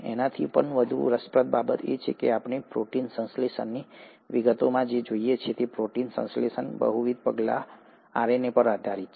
એનાથી પણ વધુ રસપ્રદ બાબત એ છે કે આપણે પ્રોટીન સંશ્લેષણની વિગતોમાં જઈએ છીએ પ્રોટીન સંશ્લેષણના બહુવિધ પગલાં આરએનએ પર આધારિત છે